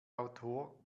autor